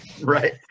right